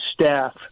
staff